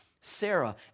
Sarah